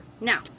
Now